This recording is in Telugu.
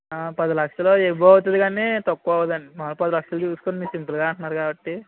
పదిలక్షలు అబోవ్ అవుతుంది కాని తక్కువ అవ్వదండి మామూలుగా పది లక్షలు చూసుకోండి మీరు సింపుల్గా అంటున్నారు కాబట్టి